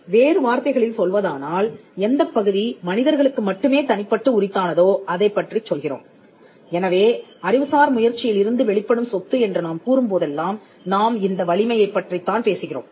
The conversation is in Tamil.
வேறு வார்த்தைகளில் சொல்வதானால் எந்தப் பகுதி மனிதர்களுக்கு மட்டுமே தனிப்பட்டு உரித்தானதோ அதைப்பற்றிச் சொல்லுகிறோம் எனவே அறிவுசார் முயற்சியில் இருந்து வெளிப்படும் சொத்து என்று நாம் கூறும் போதெல்லாம் நாம் இந்த வலிமையைப் பற்றித்தான் பேசுகிறோம்